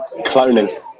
Cloning